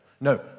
No